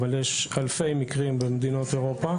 אבל יש אלפי מקרים במדינות אירופה,